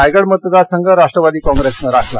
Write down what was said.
रायगड मतदार संघ राष्ट्रवादी कॉंग्रेसनं राखला